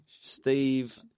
Steve